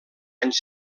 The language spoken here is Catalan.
anys